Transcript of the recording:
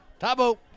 Tabo